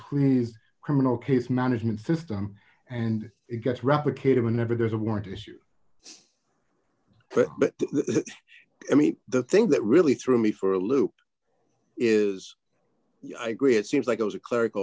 pleas criminal case management system and it gets replicated whenever there's a warrant issued but i mean the thing that really threw me for a loop is yeah i agree it seems like it was a cleric